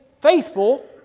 faithful